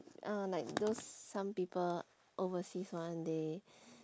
uh like those some people overseas one they